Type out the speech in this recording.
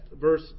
Verse